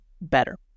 better